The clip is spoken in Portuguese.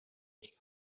que